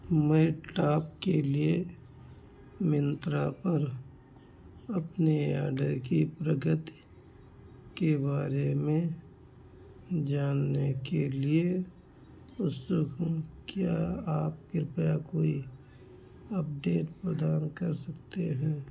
मैं टॉप के लिए मिंत्रा पर अपने ऑर्डर की प्रगति के बारे में जानने के लिए उत्सुक हूँ क्या आप कृपया कोई अपडेट प्रदान कर सकते हैं